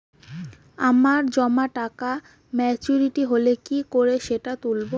আমার জমা টাকা মেচুউরিটি হলে কি করে সেটা তুলব?